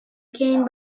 gain